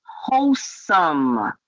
wholesome